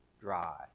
dry